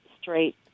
straight